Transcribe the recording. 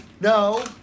no